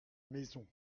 maison